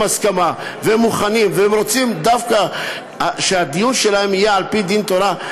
הסכמה והם מוכנים והם רוצים דווקא שהדיון שלהם יהיה על-פי דין תורה,